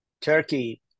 Turkey